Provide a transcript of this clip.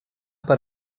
per